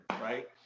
right